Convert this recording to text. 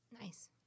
Nice